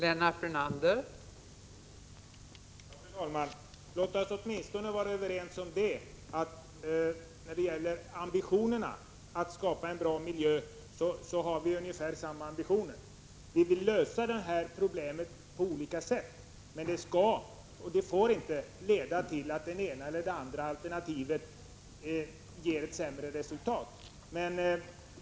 Fru talman! Låt oss åtminstone vara överens om att vi har ungefär samma ambition att skapa en bra miljö. Vi vill lösa problemen på olika sätt, men det får inte leda till att det ena eller andra alternativet ger ett sämre resultat.